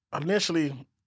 initially